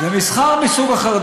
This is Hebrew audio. זה מסחר מסוג אחר.